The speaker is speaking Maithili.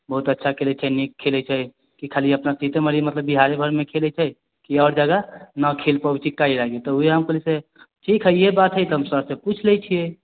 बहुत अच्छा खेलै छै नीक खेलै छै कि खाली अपना सीतेमढ़ी मे मतलब बिहारे भरिमे खेलै छै कि और जगहमे खेल पबै छै तऽ उहे हम कहलियै से ठीक हय इहे बात हय तऽ हम सर से पुछि लै छियै